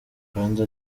rwanda